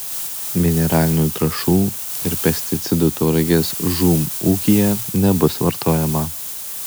mineralinių trąšų ir pesticidų tauragės žūm ūkyje nebus vartojama